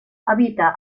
habita